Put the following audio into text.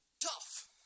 tough